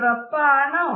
ഉറപ്പാണോ